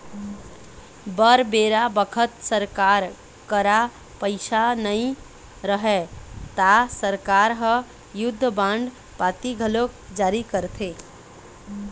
बर बेरा बखत सरकार करा पइसा नई रहय ता सरकार ह युद्ध बांड पाती घलोक जारी करथे